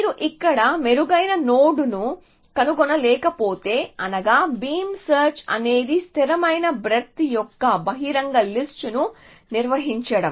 మీరు ఇక్కడ మెరుగైన నోడ్ను కనుగొనలేకపోతే అనగా బీమ్ సెర్చ్ అనేది స్థిరమైన బ్రేడ్త్ యొక్క బహిరంగ లిస్ట్ ను నిర్వహించడం